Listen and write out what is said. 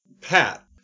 Pat